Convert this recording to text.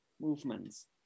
movements